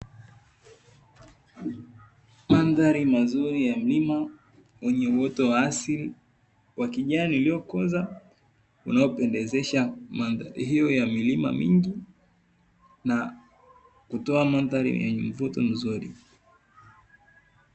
Mandhari mazuri ya mlima wenye uoto wa asili wa kijani uliokoza, unaopendezesha mandhari hiyo ya milima mingi na kutoa mandhari yenye mvuto.